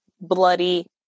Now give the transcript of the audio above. bloody